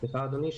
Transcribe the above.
סליחה, אדוני?